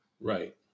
Right